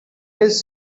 does